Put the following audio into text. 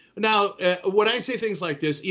now when i say, things like this, yeah